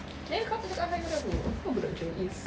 then kau tak cakap hi kepada aku aku kan budak jurong east